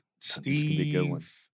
Steve